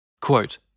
Quote